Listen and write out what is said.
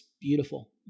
beautiful